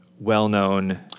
well-known